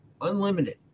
unlimited